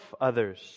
others